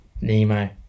Nemo